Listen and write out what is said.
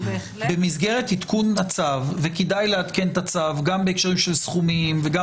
במסגרת עדכון הצו וכדאי לעדכן את הצו גם בהקשרים של סכומים וגם